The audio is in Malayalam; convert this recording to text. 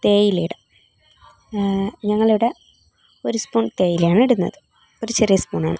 തേയില ഇടും ഞങ്ങളിവിടെ ഒരു സ്പൂൺ തേയിലയാണ് ഇടുന്നത് ഒരു ചെറിയ സ്പൂണാണ്